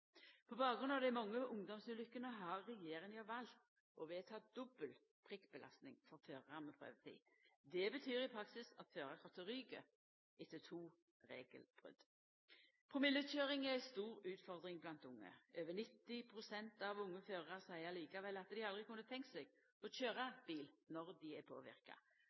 På bakgrunn av dei mange ungdomsulukkene har regjeringa valt å vedta dobbel prikkbelasting for førarar med prøvetid. Dette betyr i praksis at førarkortet ryk etter to regelbrot. Promillekøyring er ei stor utfordring blant unge. Over 90 pst. av unge førarar seier likevel at dei aldri kunne ha tenkt seg å køyra bil når dei er påverka.